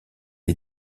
est